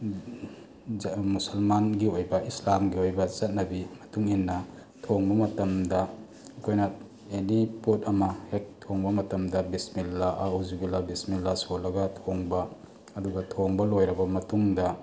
ꯃꯨꯁꯁꯜꯃꯥꯟꯒꯤ ꯑꯣꯏꯕ ꯏꯁꯂꯥꯝꯒꯤ ꯑꯣꯏꯕ ꯆꯠꯅꯕꯤ ꯃꯇꯨꯡ ꯏꯟꯅ ꯊꯣꯡꯕ ꯃꯇꯝꯗ ꯑꯩꯈꯣꯏꯅ ꯑꯦꯅꯤ ꯄꯣꯠ ꯑꯃ ꯍꯦꯛ ꯊꯣꯡꯕ ꯃꯇꯝꯗ ꯕꯤꯁꯃꯤꯜꯂꯥ ꯑꯥ ꯑꯧꯖꯥꯕꯤꯂꯥꯜ ꯕꯤꯁꯃꯤꯜꯂꯥ ꯁꯣꯜꯂꯒ ꯊꯣꯡꯕ ꯑꯗꯨꯒ ꯊꯣꯡꯕ ꯂꯣꯏꯔꯕ ꯃꯇꯨꯡꯗ